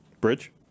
Bridge